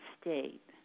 state